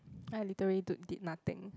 like literally d~ did nothing